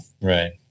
right